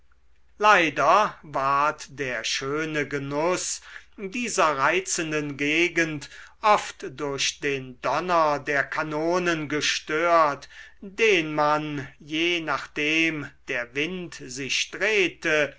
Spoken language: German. leider ward der schöne genuß dieser reizenden gegend oft durch den donner der kanonen gestört den man je nachdem der wind sich drehte